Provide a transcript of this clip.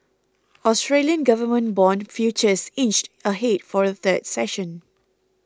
Australian government bond futures inched ahead for a third session